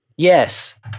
Yes